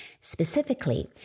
Specifically